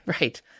right